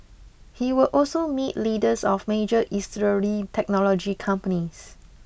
he will also meet leaders of major Israeli technology companies